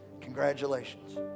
congratulations